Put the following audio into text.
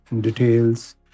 details